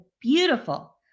beautiful